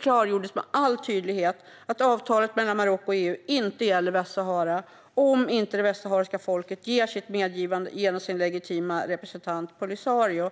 klargjordes det med all tydlighet att avtalet mellan Marocko och EU inte gäller Västsahara om inte det västsahariska folket ger sitt medgivande genom sin legitima representant Polisario.